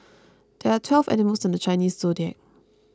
there are twelve animals in the Chinese zodiac